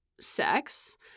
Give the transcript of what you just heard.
sex